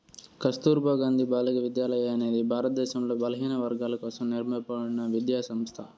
కస్తుర్బా గాంధీ బాలికా విద్యాలయ అనేది భారతదేశంలో బలహీనవర్గాల కోసం నిర్మింపబడిన విద్యా సంస్థ